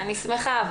אני שמחה.